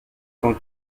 sont